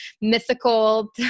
mythical